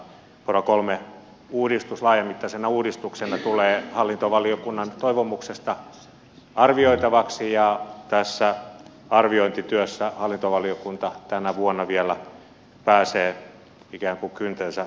pora iii uudistus laajamittaisena uudistuksena tulee hallintovaliokunnan toivomuksesta arvioitavaksi ja tässä arviointityössä hallintovaliokunta tänä vuonna vielä pääsee ikään kuin kyntensä näyttämään